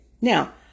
Now